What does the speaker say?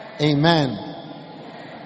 amen